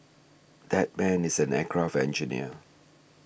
that man is an aircraft engineer